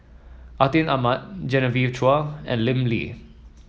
Atin Amat Genevieve Chua and Lim Lee